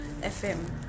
fm